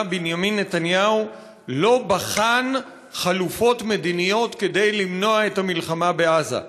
בנימין נתניהו לא בחן חלופות מדיניות כדי למנוע את המלחמה בעזה.